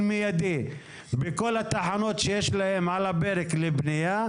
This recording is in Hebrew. מיידי בכל התחנות שיש על הפרק לבנייה,